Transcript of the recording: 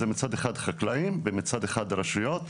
זה מצד אחד חקלאים ומצד אחד רשויות.